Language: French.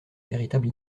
véritable